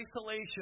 isolation